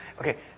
Okay